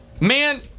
Man